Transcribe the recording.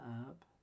up